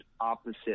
opposite